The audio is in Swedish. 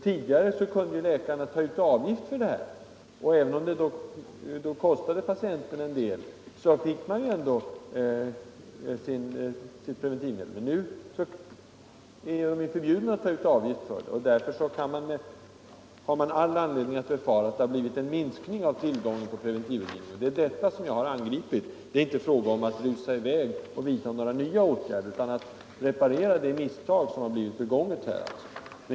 Tidigare kunde läkarna ta ut avgift för rådgivningen, och även om det då kostade patienten en del fick man ändå sitt preventivmedel. Nu är läkarna förbjudna att ta ut avgift, och därför finns det anledning att befara, att det blivit en minskning av tillgången på preventivrådgivning. Det är detta som jag har angripit. Det är inte fråga om att rusa i väg och vidta några nya åtgärder, utan vad det gäller är att reparera det misstag som har begåtts.